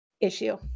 issue